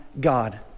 God